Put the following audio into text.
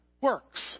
works